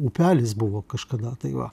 upelis buvo kažkada tai va